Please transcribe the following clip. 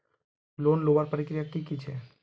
Loan लुबार प्रक्रिया की की छे?